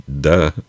duh